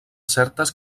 certes